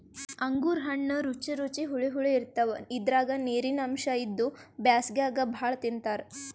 ಅಂಗೂರ್ ಹಣ್ಣ್ ರುಚಿ ರುಚಿ ಹುಳಿ ಹುಳಿ ಇರ್ತವ್ ಇದ್ರಾಗ್ ನೀರಿನ್ ಅಂಶ್ ಇದ್ದು ಬ್ಯಾಸ್ಗ್ಯಾಗ್ ಭಾಳ್ ತಿಂತಾರ್